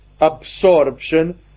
absorption